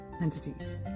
Entities